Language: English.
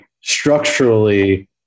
structurally